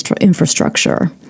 infrastructure